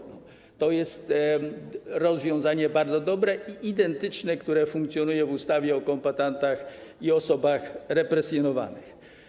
To jest rozwiązanie bardzo dobre i identyczne jak to, które funkcjonuje w ustawie o kombatantach i osobach represjonowanych.